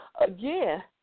again